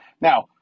Now